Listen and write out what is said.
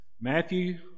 Matthew